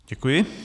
Děkuji.